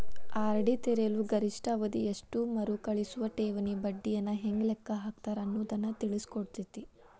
RD ತೆರೆಯಲು ಗರಿಷ್ಠ ಅವಧಿ ಎಷ್ಟು ಮರುಕಳಿಸುವ ಠೇವಣಿ ಬಡ್ಡಿಯನ್ನ ಹೆಂಗ ಲೆಕ್ಕ ಹಾಕ್ತಾರ ಅನ್ನುದನ್ನ ತಿಳಿಸಿಕೊಡ್ತತಿ